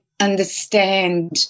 understand